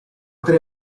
tre